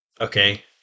Okay